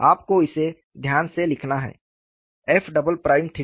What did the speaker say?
आपको इसे ध्यान से लिखना है f डबल प्राइम 𝜽